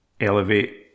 elevate